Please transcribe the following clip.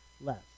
less